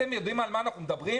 אתם יודעים על מה אנחנו מדברים?